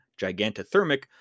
gigantothermic